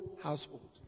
household